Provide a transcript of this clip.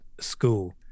school